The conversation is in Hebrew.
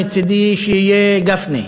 מצדי שיהיה גפני,